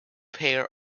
pair